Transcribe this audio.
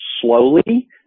slowly